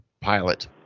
pilot